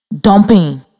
Dumping